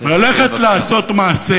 ללכת לעשות מעשה